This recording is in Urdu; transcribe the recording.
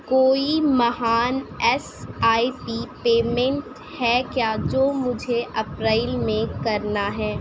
کوئی مہان ایس آئی پی پیمنٹ ہے کیا جو مجھے اپریل میں کرنا ہے